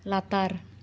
ᱞᱟᱛᱟᱨ